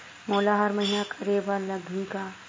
मोला हर महीना करे बर लगही का?